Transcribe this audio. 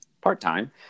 part-time